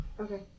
okay